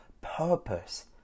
purpose